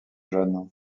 jeune